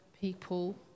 people